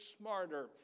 smarter